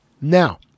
Now